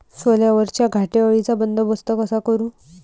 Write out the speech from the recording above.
सोल्यावरच्या घाटे अळीचा बंदोबस्त कसा करू?